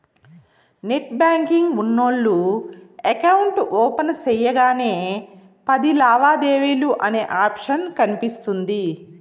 net banking ఉన్నోల్లు account open సెయ్యగానే పది లావాదేవీలు అనే ఆప్షన్ కనిపిస్తుంది